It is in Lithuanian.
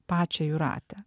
pačią jūratę